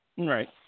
Right